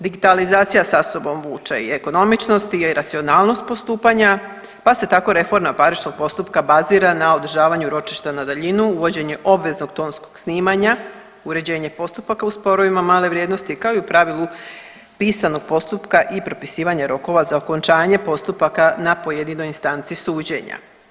Digitalizacija sa sobom vuče i ekonomičnost i racionalnost postupanja, pa se tako reforma parničnog postupka bazira na održavanju ročišta na daljinu uvođenje obveznog tonskog snimanja, uređenje postupaka u sporovima male vrijednosti, kao i u pravilu pisanog postupka i propisivanje rokova za okončanje postupaka na pojedinoj instanci suđenja.